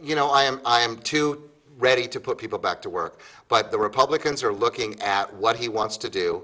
you know i am i am too ready to put people back to work but the republicans are looking at what he wants to do